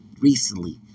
recently